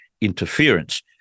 interference